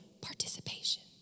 participation